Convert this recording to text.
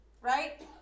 Right